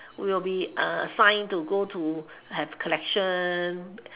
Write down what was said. we'll be assigned to go to have collection